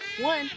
One